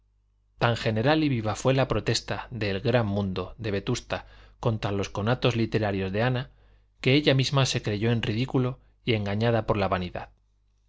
tan general y viva fue la protesta del gran mundo de vetusta contra los conatos literarios de ana que ella misma se creyó en ridículo y engañada por la vanidad